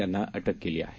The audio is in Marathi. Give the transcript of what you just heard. त्यांना अटक केली आहे